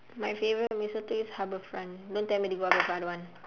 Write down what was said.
my favorite mee soto is harbourfront don't tell me to go harbourfront I don't want